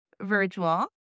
virtual